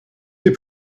des